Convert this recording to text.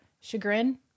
chagrin